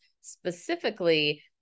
specifically